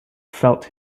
felt